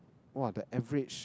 !wah! the average